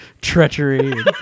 treachery